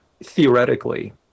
theoretically